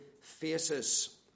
faces